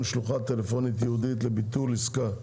- שלוחה טלפונית ייעודית לביטול עסקה),